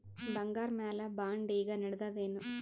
ಬಂಗಾರ ಮ್ಯಾಲ ಬಾಂಡ್ ಈಗ ನಡದದೇನು?